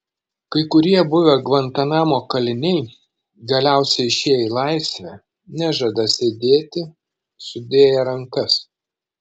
kai kurie buvę gvantanamo kaliniai galiausiai išėję į laisvę nežada sėdėti sudėję rankas